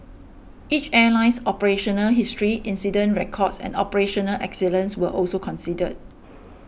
each airline's operational history incident records and operational excellence were also considered